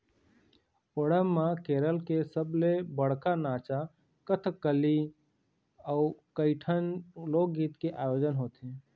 ओणम म केरल के सबले बड़का नाचा कथकली अउ कइठन लोकगीत के आयोजन होथे